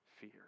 fear